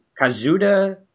Kazuda